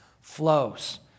flows